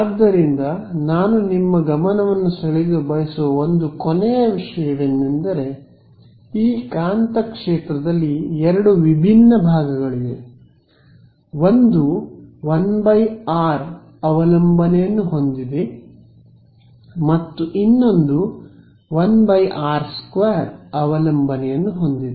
ಆದ್ದರಿಂದ ನಾನು ನಿಮ್ಮ ಗಮನವನ್ನು ಸೆಳೆಯಲು ಬಯಸುವ ಒಂದು ಕೊನೆಯ ವಿಷಯವೆಂದರೆ ಈ ಕಾಂತಕ್ಷೇತ್ರದಲ್ಲಿ ಎರಡು ವಿಭಿನ್ನ ಭಾಗಗಳಿವೆ ಒಂದು 1 r ಅವಲಂಬನೆಯನ್ನು ಹೊಂದಿದೆ ಮತ್ತು ಇನ್ನೊಂದು 1 r೨ ಅವಲಂಬನೆಯನ್ನು ಹೊಂದಿದೆ